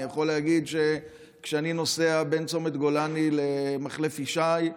אני יכול להגיד שכשאני נוסע בין צומת גולני למחלף ישי,